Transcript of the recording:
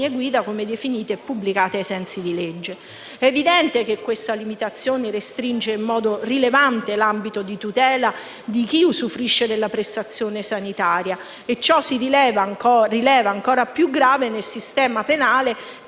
guida, come definite e pubblicate ai sensi di legge. È evidente che questa limitazione restringe in modo rilevante l'ambito di tutela di chi usufruisce della prestazione sanitaria e ciò si rileva ancora più grave nel sistema penale,